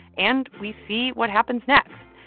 and we see what happens next.